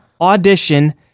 audition